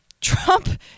Trump